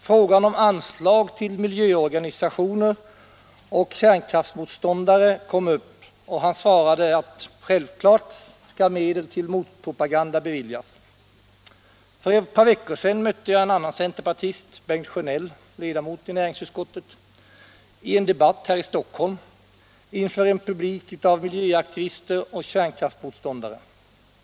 Frågan om anslag till miljöorganisationer och kärnkraftsmotståndare kom upp, och han svarade att medel till motpropaganda självfallet skulle beviljas. För ett par veckor sedan mötte jag en annan centerpartist, herr Bengt Sjönell, ledamot av näringsutskottet, i en debatt här i Stockholm inför en publik av miljöaktivister och kärnkraftsmotståndare.